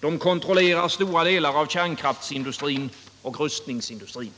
De kontrollerar stora delar av kärnkraftsindustrin och rustningsindustrin.